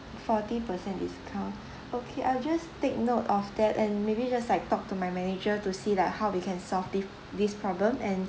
forty percent discount okay I'll just take note of that and maybe just like talk to my manager to see like how we can solve thi~ this problem and